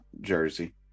Jersey